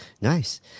nice